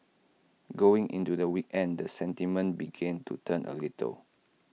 going into the weekend the sentiment began to turn A little